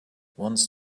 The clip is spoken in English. once